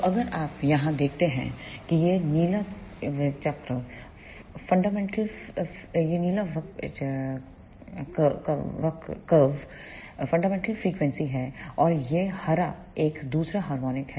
तो अगर आप यहाँ देखते हैं कि यह नीला वक्र फंडामेंटल फ्रिकवेंसी है और यह हरा एक दूसरा हार्मोनिक है